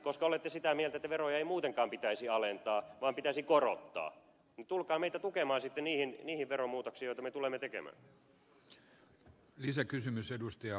koska olette sitä mieltä että veroja ei muutenkaan pitäisi alentaa vaan pitäisi korottaa niin tulkaa meitä tukemaan sitten niihin veromuutoksiin joita me tulemme tekemään